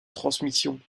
transmission